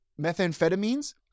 methamphetamines